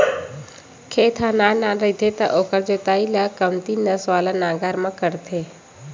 खेत ह नान नान रहिथे त ओखर जोतई ल कमती नस वाला नांगर म करथे